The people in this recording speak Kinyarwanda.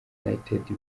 united